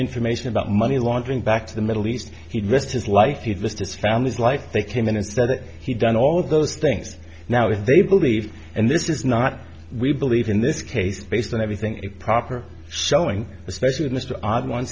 information about money laundering back to the middle east he risked his life you just his family's life they came in and started he done all of those things now if they believe and this is not we believe in this case based on everything a proper showing especially in this to add one